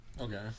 Okay